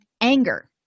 anger